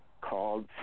called